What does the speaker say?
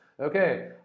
Okay